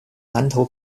南投